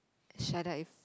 shut up if